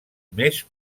més